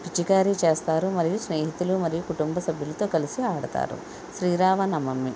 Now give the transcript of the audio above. పిచికారి చేస్తారు మరియు స్నేహితులు మరియు కుటుంబ సభ్యులతో కలిసి ఆడుతారు శ్రీరామనవమి